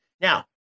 Now